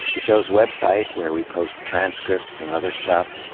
the show's website, where we post transcripts and other stuff,